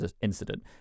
incident